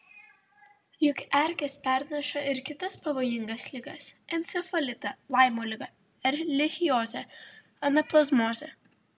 juk erkės perneša ir kitas pavojingas ligas encefalitą laimo ligą erlichiozę anaplazmozę